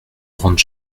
grandes